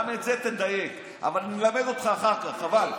גם בזה תדייק, אבל אני אלמד אותך אחר כך, חבל.